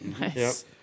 Nice